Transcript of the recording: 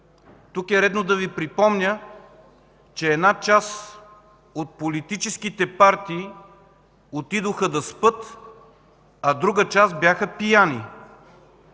Тук е редно да Ви припомня, че една част от политическите партии отидоха да спят, а друга част бяха пияни.